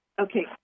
Okay